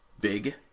big